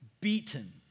beaten